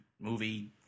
movie